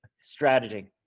Strategy